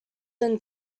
than